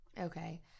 Okay